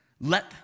let